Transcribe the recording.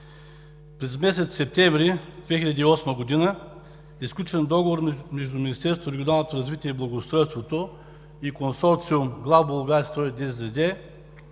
През месец септември 2008 г. е сключен договор между Министерството на регионалното развитие и благоустройството и „Консорциум Главболгарстрой“ ДЗЗД